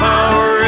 Power